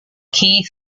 key